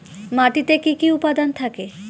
মাটিতে কি কি উপাদান থাকে?